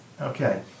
Okay